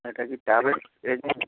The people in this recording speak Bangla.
এটা কি ট্রাভেল এজেন্ট